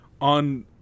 On